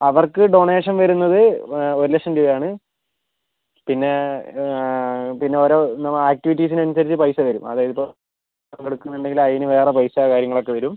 അവർക്ക് ഡോണേഷൻ വരുന്നത് ഒരു ലക്ഷം രൂപയാണ് പിന്നെ പിന്നെയോരോ ആക്ടിവിറ്റീസിനനുസരിച്ച് പൈസ വരും ഏതെങ്കിലും പങ്കെടുക്കുന്നുണ്ടെങ്കിൽ അതിന് വേറെ പൈസ കാര്യങ്ങളൊക്കെ വരും